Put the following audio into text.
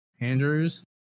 Andrews